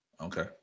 Okay